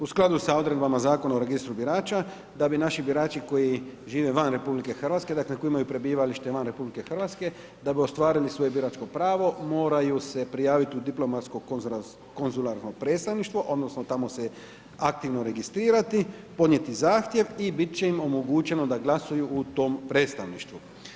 U skladu sa odredbama Zakona o registru birača, da bi naši birači koji žive van RH, dakle, koji imaju prebivalište van RH da bi ostvarili svoje biračko pravo, moraju se prijavit u diplomatsko konzularno predstavništvo odnosno tamo se aktivno registrirati, podnijeti zahtjev i bit će im omogućeno da glasuju u tom predstavništvu.